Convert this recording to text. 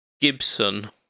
Gibson